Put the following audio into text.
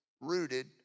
rooted